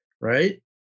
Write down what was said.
Right